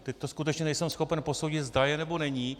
Teď to skutečně nejsem schopen posoudit, zda je, nebo není.